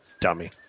dummy